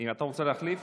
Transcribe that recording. אתה רוצה להחליף?